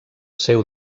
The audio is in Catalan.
seu